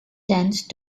dance